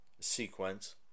sequence